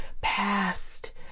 past